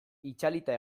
itzalita